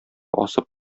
асып